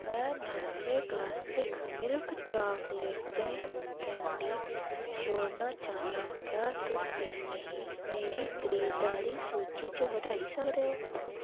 में Nestle classic milk चॉकलेटें candy छोड़ना चाह्न्नां क्या तुस इसगी मेरी खरीदारी सूची च हटाई सकदे ओ